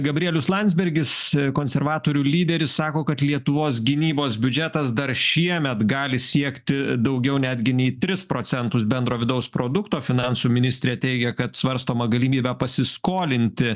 gabrielius landsbergis konservatorių lyderis sako kad lietuvos gynybos biudžetas dar šiemet gali siekti daugiau netgi nei tris procentus bendro vidaus produkto finansų ministrė teigia kad svarstoma galimybę pasiskolinti